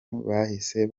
bahise